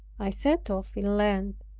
i set off in lent,